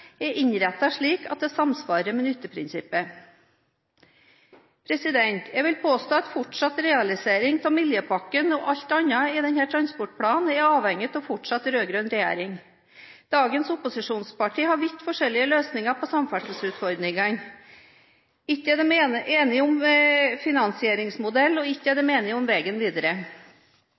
er innrettet slik at det samsvarer med nytteprinsippet. Jeg vil påstå at fortsatt realisering av Miljøpakken – og alt annet i denne transportplanen – er avhengig av fortsatt rød-grønn regjering. Dagens opposisjonspartier har vidt forskjellige løsninger på samferdselsutfordringene. Ikke er de enige om finansieringsmodell, og ikke er de enige om veien videre.